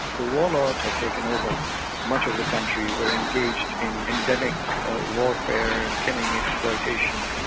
the warlords have taken over much of the country were engaged in endemic warfare and killing exploitation,